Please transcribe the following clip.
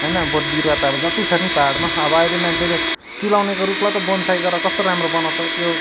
होइन बोटबिरुवा त अब जत्ति छ नि पाहाडमा अब अहिले मान्छेले चिलाउनेको रुखलाई त बोन्साई गरेर कस्तो राम्रो बनाउँछ त्यो